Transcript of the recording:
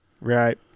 Right